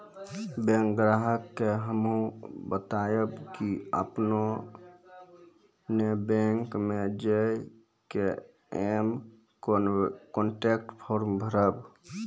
bank ग्राहक के हम्मे बतायब की आपने ने बैंक मे J K M connect form भरबऽ